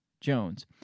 Jones